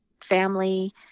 family